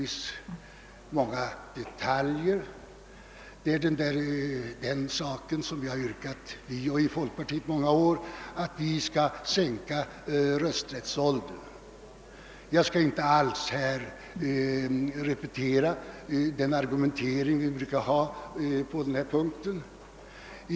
Dit hör spörsmålet om sänkt rösträttsålder, en fråga som centerpartiet och folkpartiet drivit under många år. Jag skall inte repetera den argumentering vi brukat föra på denna punkt.